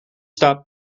stop